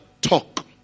talk